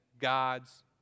God's